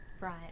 Right